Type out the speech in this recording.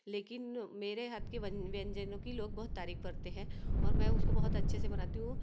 लेकिन मेरे हाथ के बन व्यंजनों की लोग बहुत तारीफ करते हैं और मैं उसको बहुत अच्छे से बनाती हूँ